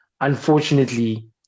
Unfortunately